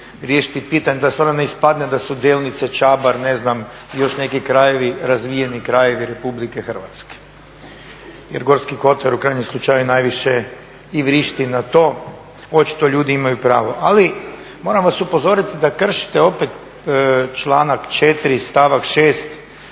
riješiti pitanje da stvarno ne ispadne da su Delnice, Čabar i još neki krajevi razvijeni krajevi RH jer Gorski Kotar u krajnjem slučaju najviše i vrišti na to, očito ljudi imaju pravo. Ali moram vas upozoriti da kršite opet članak 4.stavak 6.